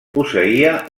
posseïa